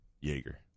Jaeger